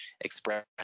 express